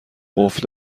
قفل